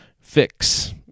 fix